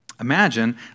Imagine